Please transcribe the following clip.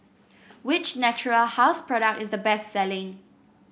which Natura House product is the best selling